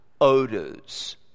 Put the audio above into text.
odors